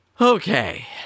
Okay